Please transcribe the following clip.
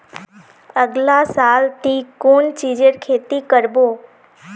अगला साल ती कुन चीजेर खेती कर्बो